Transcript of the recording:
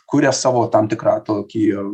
kuria savo tam tikrą tokį